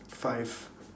five